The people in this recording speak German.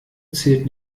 zählt